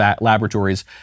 laboratories